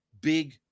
big